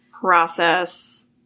process